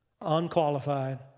unqualified